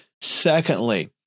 Secondly